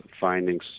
findings